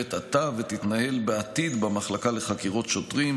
מנוהלת עתה ותתנהל בעתיד במחלקה לחקירות שוטרים,